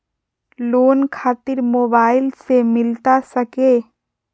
Loan खातिर mobile से मिलता सके?